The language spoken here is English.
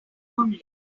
only